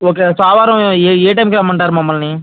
okay సోమవారం ఏ ఏ టైమ్కి రమ్మంటారు మమ్మల్ని